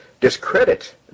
discredit